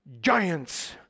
Giants